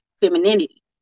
femininity